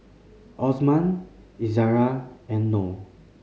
Osman Izara and Noh